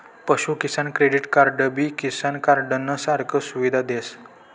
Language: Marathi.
पशु किसान क्रेडिट कार्डबी किसान कार्डनं सारखा सुविधा देस